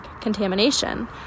contamination